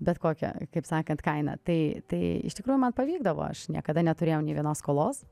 bet kokia kaip sakant kaina tai tai iš tikrųjų man pavykdavo aš niekada neturėjau nė vienos skolos